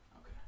Okay